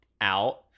out